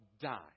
die